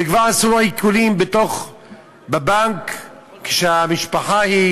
וכבר עשו עיקולים בבנק, כשהמשפחה היא